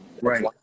Right